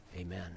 Amen